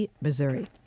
Missouri